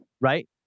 right